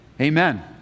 Amen